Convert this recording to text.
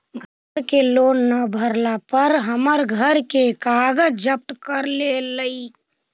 घर के लोन न भरला पर बैंक हमर घर के कागज जब्त कर लेलई